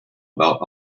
about